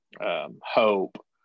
hope